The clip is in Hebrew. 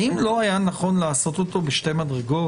האם לא היה נכון לעשות אותו בשתי מדרגות,